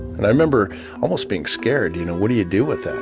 and i remember almost being scared, you know what do you do with that?